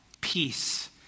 Peace